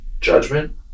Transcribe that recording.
judgment